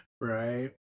right